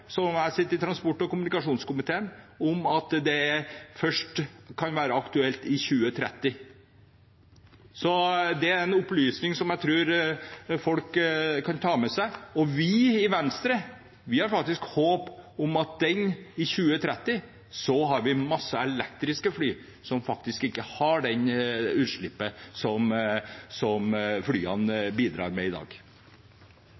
jeg sitter i transport- og kommunikasjonskomiteen – om at det først kan være aktuelt i 2030. Det er en opplysning jeg tror folk kan ta med seg. Vi i Venstre har faktisk håp om at vi i 2030 har masse elektriske fly, som ikke har de utslippene som flyene